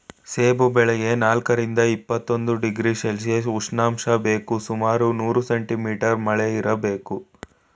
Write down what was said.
ಸೇಬು ಬೆಳೆಗೆ ನಾಲ್ಕರಿಂದ ಇಪ್ಪತ್ತೊಂದು ಡಿಗ್ರಿ ಸೆಲ್ಶಿಯಸ್ ಉಷ್ಣಾಂಶ ಬೇಕು ಸುಮಾರು ನೂರು ಸೆಂಟಿ ಮೀಟರ್ ಮಳೆ ಬೇಕು